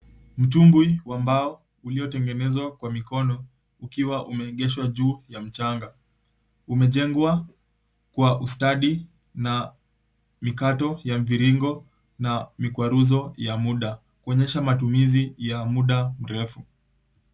Mtumbwi wa mbao uliotengenezwa kwa mikono ukiwa umengezwa juu ya mchanga. Umejengwa kwa ustadi na mikato ya mviringo na mikwaruzo ya muda, kuonyesha matumizi ya muda mrefu.